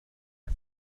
على